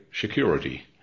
security